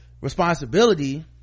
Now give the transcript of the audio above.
responsibility